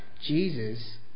Jesus